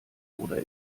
oder